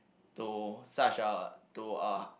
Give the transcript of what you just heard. to such a to a